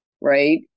right